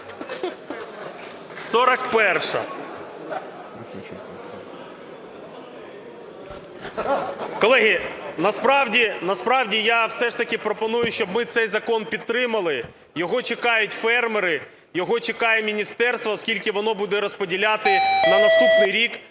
41-а. Колеги, насправді, я все ж таки пропоную, щоб ми цей закон підтримали, його чекають фермери, його чекає міністерство, оскільки, воно буде розподіляти на наступний рік,